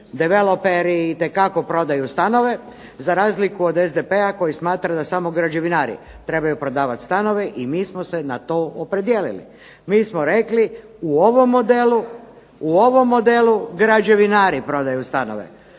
developeri itekako prodaju stanove za razliku od SDP-a koji smatra da samo građevinari trebaju prodavati stanove i mi smo se na to opredijelili. Mi smo rekli u ovom modelu građevinari prodaju stanove,